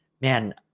man